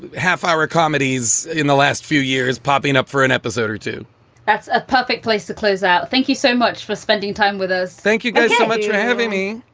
half hour comedies in the last few years popping up for an episode or two that's a perfect place to close out. thank you so much for spin. time with us thank you so much for having me.